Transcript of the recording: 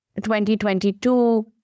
2022